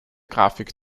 grafik